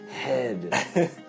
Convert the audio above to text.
head